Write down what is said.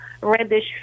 reddish